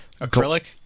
Acrylic